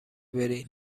برین